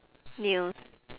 news